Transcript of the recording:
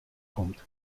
komt